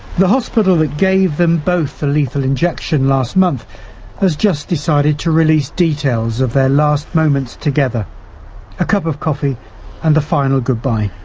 the hospital that gave them both the lethal injection last month has just decided to release details of their last moments together a cup of coffee and a final goodbye.